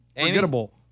forgettable